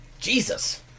Jesus